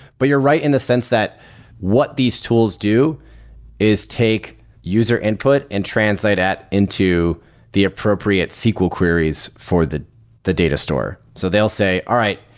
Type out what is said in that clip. but you're right in the sense that what these tools do is take user input and translate that into the appropriate sql queries for the the data store. so they'll say, all right,